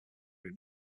room